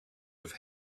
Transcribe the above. have